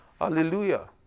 Hallelujah